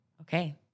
Okay